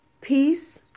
Peace